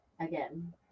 again